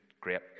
great